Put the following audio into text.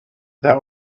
that